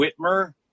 Whitmer